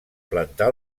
plantar